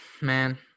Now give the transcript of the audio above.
man